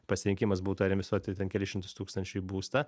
pasirinkimas būtų ar investuoti ten kelis šimtus tūkstančių į būstą